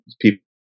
people